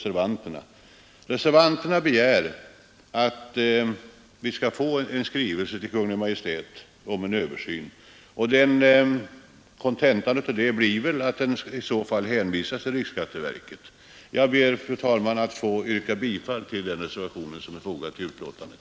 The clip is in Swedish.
Reservanterna begär en skrivelse till Kungl. Maj:t om en översyn, och kontentan av det blir väl att frågan i så fall hänvisas till riksskatteverket. Jag ber, fru talman, att få yrka bifall till den reservation som är fogad vid utskottsbetänkandet.